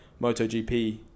MotoGP